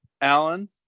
alan